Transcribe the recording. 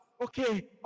Okay